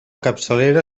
capçalera